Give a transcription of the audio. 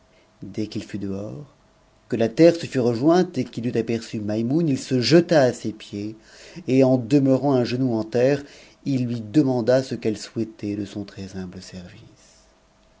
dès qu'il fut dehors que la terre se fut rejointe et qn'i il eut aperçu maimoune il se jeta à ses pieds et en demeurant un genou ex terre il lui demanda ce qu'elle souhaitait de son très butnme service